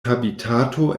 habitato